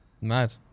Mad